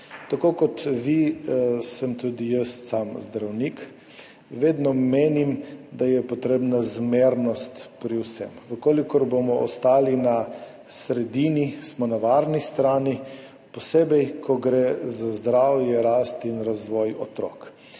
Tako kot vi, sem tudi jaz sam zdravnik. Vedno menim, da je potrebna zmernost pri vsem. Če bomo ostali na sredini, smo na varni strani, posebej ko gre za zdravje, rast in razvoj otrok.